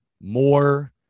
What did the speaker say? more